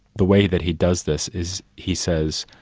the way that he does this is, he says,